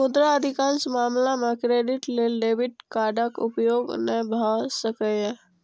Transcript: मुदा अधिकांश मामला मे क्रेडिट लेल डेबिट कार्डक उपयोग नै भए सकैए